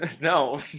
No